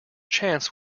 chance